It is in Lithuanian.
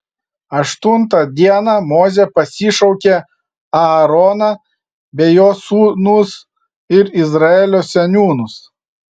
aštuntą dieną mozė pasišaukė aaroną bei jo sūnus ir izraelio seniūnus